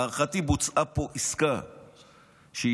להערכתי, בוצעה פה עסקה אסורה,